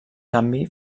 canvi